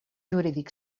jurídic